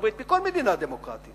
בארצות-הברית ובכל מדינה דמוקרטית